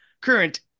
current